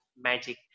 magic